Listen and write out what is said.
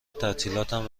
تعطیلاتم